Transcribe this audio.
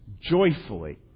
joyfully